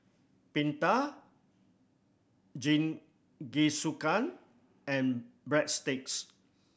Pita Jingisukan and Breadsticks